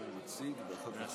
היושב-ראש, חבריי חברי